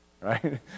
right